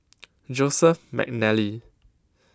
Joseph Mcnally